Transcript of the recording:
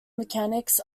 mechanics